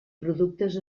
productes